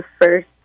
first